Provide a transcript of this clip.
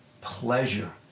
pleasure